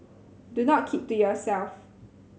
do not keep to yourself